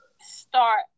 Start